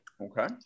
Okay